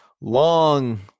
long